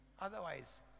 Otherwise